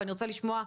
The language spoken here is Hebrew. אני רוצה לשמוע,